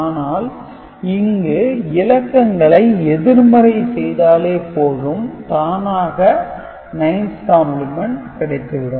ஆனால் இங்கு இலக்கங்களை எதிர்மறை செய்தாலே போதும் தானாக 9's கம்பிளிமெண்ட் கிடைத்துவிடும்